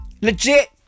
Legit